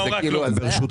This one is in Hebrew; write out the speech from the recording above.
זה כאילו הזיה.